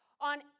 on